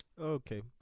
Okay